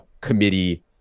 committee